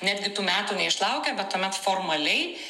netgi tų metų neišlaukia bet tuomet formaliai